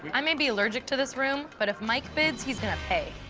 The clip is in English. i may be allergic to this room. but if mike bids, he's gonna pay.